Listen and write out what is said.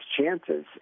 chances